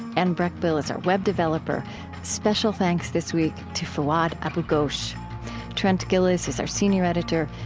anne breckbill is our web developer special thanks this week to fouad abu-ghosh trent gilliss is our senior editor.